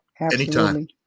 anytime